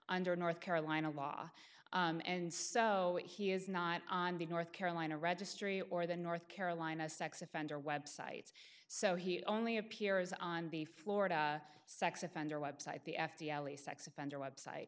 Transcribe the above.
under north carolina law and so he is not on the north carolina registry or the north carolina sex offender websites so he only appears on the florida sex offender website the f t l a sex offender website